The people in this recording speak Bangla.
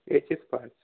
এইচএস পাশ